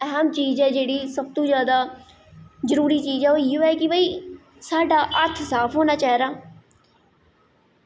हर चीज़ जेह्ड़ी सब तू जैदा जरूरी चीज़ ऐ ओह् इ'यै कि भई साढ़ा हत्थ साफ होना चाहिदा